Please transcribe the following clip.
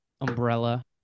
umbrella